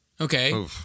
Okay